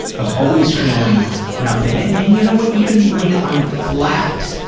of always feeling nothing. and and you know what, even when i'm flat,